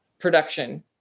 production